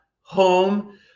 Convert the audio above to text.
home